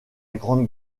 grande